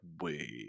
wait